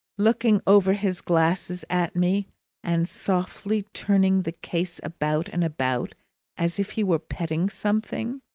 looking over his glasses at me and softly turning the case about and about as if he were petting something.